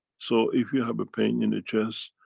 so, if you have a pain in the chest,